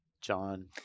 John